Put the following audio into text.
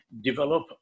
develop